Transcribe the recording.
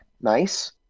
Nice